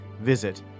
visit